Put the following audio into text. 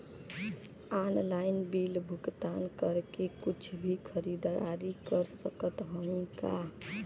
Online bill भुगतान करके कुछ भी खरीदारी कर सकत हई का?